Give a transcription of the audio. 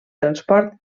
transport